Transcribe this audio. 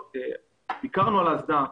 ביקרנו על האסדה,